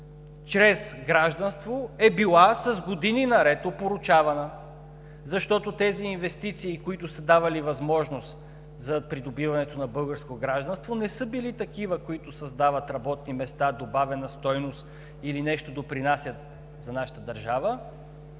чрез гражданство, е била с години наред опорочавана, защото тези инвестиции, които са давали възможност за придобиването на българско гражданство, не са били такива, които създават работни места, добавена стойност или нещо допринасят за нашата държава,